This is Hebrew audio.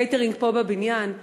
קייטרינג פה בבניין.